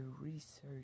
Research